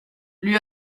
lui